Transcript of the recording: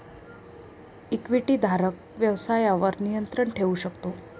इक्विटीधारक व्यवसायावर नियंत्रण ठेवू शकतो